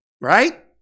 right